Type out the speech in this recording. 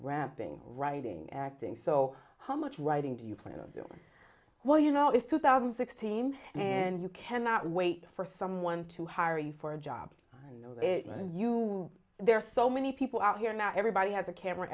rapping writing acting so how much writing do you plan on doing while you know it's two thousand and sixteen and you cannot wait for someone to hire you for a job and you there are so many people out here not everybody has a camera